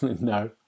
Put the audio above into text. No